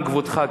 גם כבודך,